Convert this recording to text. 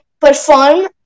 perform